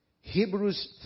Hebrews